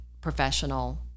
professional